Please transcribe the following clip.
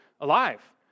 alive